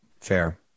Fair